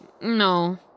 No